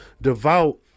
devout